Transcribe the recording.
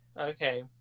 Okay